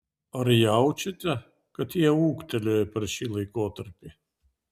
ar jaučiate kad jie ūgtelėjo per šį laikotarpį